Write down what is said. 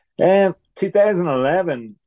2011